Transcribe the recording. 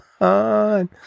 on